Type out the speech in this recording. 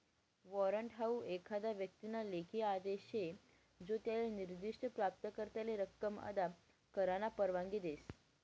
warrant हाऊ एखादा व्यक्तीना लेखी आदेश शे जो त्याले निर्दिष्ठ प्राप्तकर्त्याले रक्कम अदा करामा परवानगी देस